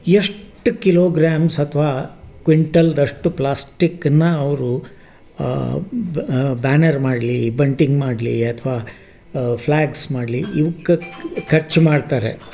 ಎಷ್ಟು ಕಿಲೋಗ್ರ್ಯಾಮ್ಸ್ ಅಥವಾ ಕ್ವಿಂಟಲ್ದಷ್ಟು ಪ್ಲಾಸ್ಟಿಕನ್ನ ಅವರು ಬ್ಯಾನರ್ ಮಾಡಲಿ ಬಂಟಿಂಗ್ ಮಾಡಲಿ ಅಥವಾ ಫ್ಲ್ಯಾಗ್ಸ್ ಮಾಡಲಿ ಇವ್ಕೆ ಖರ್ಚು ಮಾಡ್ತಾರೆ